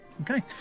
Okay